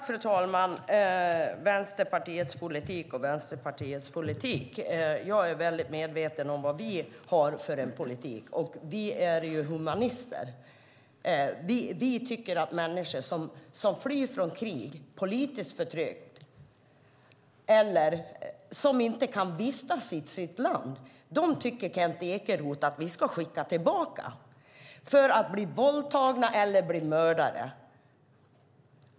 Fru talman! Vänsterpartiets politik och Vänsterpartiets politik. Jag är medveten om vad vi har för politik. Vi är humanister. Kent Ekeroth tycker att människor som flyr från krig, politiskt förtryck eller som inte kan vistas i sitt land ska skickas tillbaka för att bli våldtagna eller mördade.